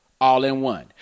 All-In-One